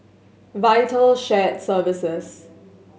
Vital Shared Services